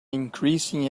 increasing